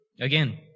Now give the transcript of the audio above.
Again